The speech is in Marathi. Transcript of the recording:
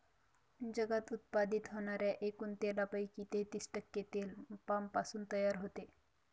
जगात उत्पादित होणाऱ्या एकूण तेलापैकी तेहतीस टक्के तेल पामपासून तयार होते